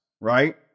right